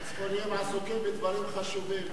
הצפונים עסוקים בדברים חשובים,